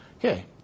Okay